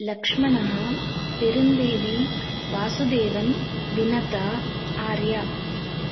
लक्ष्मणः पेरुन्देवी वासुदेवन् विनता आर्या